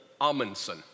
Amundsen